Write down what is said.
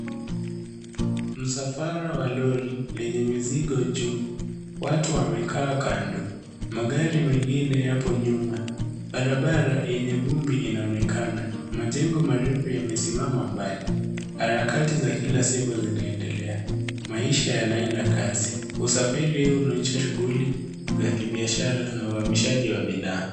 Msafara wa lori lenye mizigo juu. Watu wamekaa kando. Magari mengine yapo nyuma. Barabara yenye vumbi inaonekana. Majengo marefu yamesimama mbali. Harakati za kila siku zinaendelea. Maisha yanaenda kasi. Usafiri huu unaonyesha shughuli za kibiashara na uhamishaji wa bidhaa.